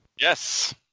Yes